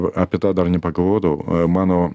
apie tą dar nepagalvodavau e mano